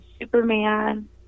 Superman